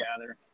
gather